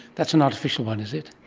that's an artificial one, is it?